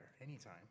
anytime